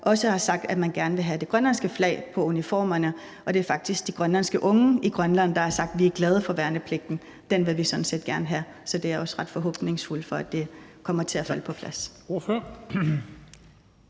også har sagt, at man gerne vil have det grønlandske flag på uniformerne, og det er faktisk de grønlandske unge i Grønland, der har sagt: Vi er glade for værnepligten. Den vil vi sådan set gerne have. Så jeg er også ret forhåbningsfuld, i forhold til at det kommer til at falde på plads.